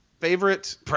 favorite